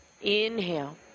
Inhale